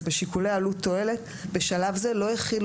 אז בשיקולי עלות-תועלת בשלב זה לא החילו